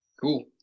Cool